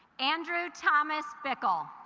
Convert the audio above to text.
andrew thomas bickle